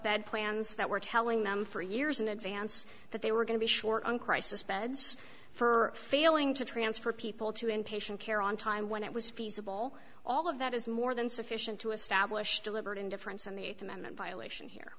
bad plans that were telling them for years in advance that they were going to be short on crisis beds for failing to transfer people to end patient care on time when it was feasible all of that is more than sufficient to establish deliberate indifference and the eighth amendment violation here